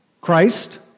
Christ